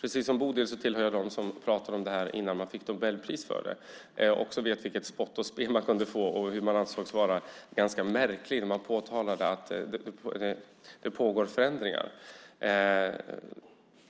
Precis som Bodil hör jag till dem som talade om detta innan man fick Nobelpris för det. Jag vet vilket spott och spe man kunde få och hur man ansågs vara märklig när man påtalade att det pågår förändringar.